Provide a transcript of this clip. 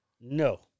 No